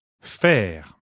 Faire